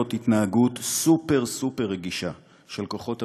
התנהגות סופר סופר רגישה של כוחות הביטחון,